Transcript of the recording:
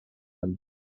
him